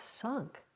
sunk